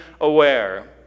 aware